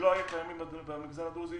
שלא היו קיימים במגזר הדרוזי